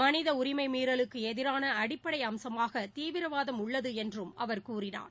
மனித உரிமை மீறலுக்கு எதிரான அடிப்படை அம்சமாக தீவிரவாதம் உள்ளது என்றும் அவர் கூறினார்